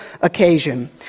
occasion